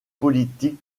politique